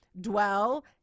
dwell